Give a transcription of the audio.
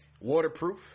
Waterproof